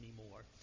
anymore